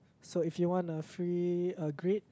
so if you want a free uh grade